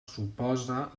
suposa